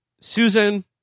Susan